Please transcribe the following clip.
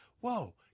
whoa